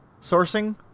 Sourcing